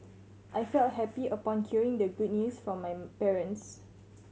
I felt happy upon hearing the good news from my parents